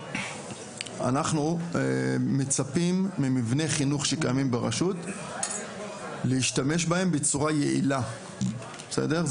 אנחנו מצפים ממבני חינוך שקיימים בראשות להשתמש בהם בצורה יעילה בסדר?